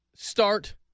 start